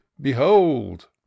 behold